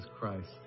Christ